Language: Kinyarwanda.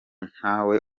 ntawe